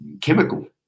chemical